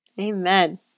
Amen